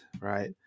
right